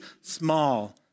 small